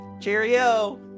Cheerio